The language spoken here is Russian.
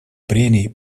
прений